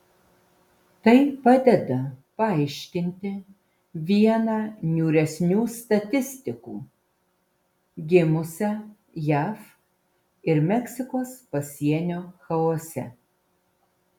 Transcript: tai padeda paaiškinti vieną niūresnių statistikų gimusią jav ir meksikos pasienio chaose